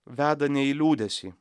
veda ne į liūdesį